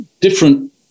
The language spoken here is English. different